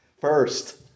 first